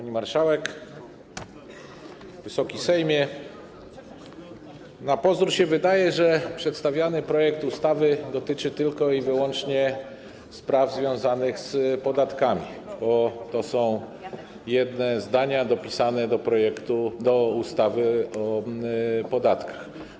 Na pozór wydaje się, że przedstawiany projekt ustawy dotyczy tylko i wyłącznie spraw związanych z podatkami, bo takie są jedyne zdania dopisane do projektu, do ustawy o podatkach.